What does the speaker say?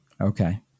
Okay